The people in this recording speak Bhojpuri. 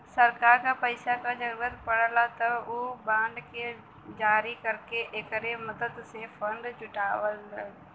सरकार क पैसा क जरुरत पड़ला त उ बांड के जारी करके एकरे मदद से फण्ड जुटावलीन